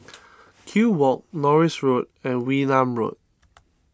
Kew Walk Norris Road and Wee Nam Road